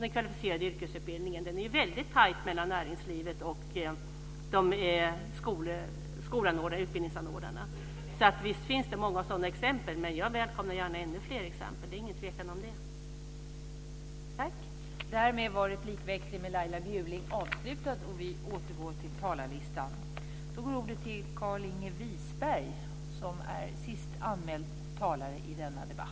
Där är det ju väldigt tajt mellan näringslivet och utbildningsanordnarna. Visst finns det många sådana exempel, men jag välkomnar gärna ännu fler. Det är ingen tvekan om det.